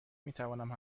میتوانم